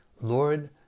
Lord